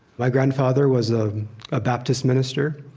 my grandfather was a ah baptist minister.